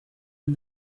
and